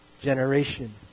generation